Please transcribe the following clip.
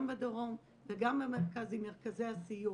גם בדרום וגם במרכזי הסיוע.